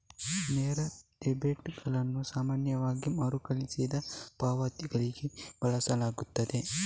ನೇರ ಡೆಬಿಟುಗಳನ್ನು ಸಾಮಾನ್ಯವಾಗಿ ಮರುಕಳಿಸುವ ಪಾವತಿಗಳಿಗೆ ಬಳಸಲಾಗುತ್ತದೆ